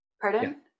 Pardon